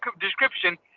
description